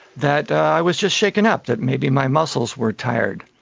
that i was just shaken up, that maybe my muscles were tired.